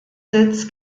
sitz